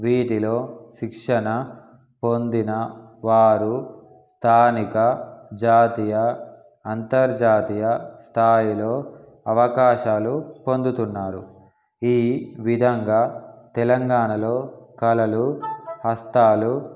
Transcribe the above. వీటిలో శిక్షణ పొందిన వారు స్థానిక జాతీయ అంతర్జాతీయ స్థాయిలో అవకాశాలు పొందుతున్నారు ఈ విధంగా తెలంగాణలో కళలు హస్తాలు